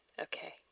okay